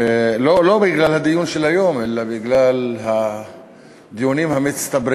לא בגלל הדיון של היום אלא בגלל הדיונים המצטברים